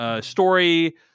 story